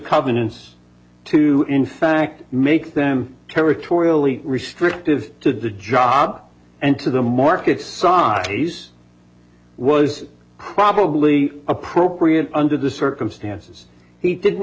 covenants to in fact make them territorially restrictive to the job and to the markets socrates was probably appropriate under the circumstances he didn't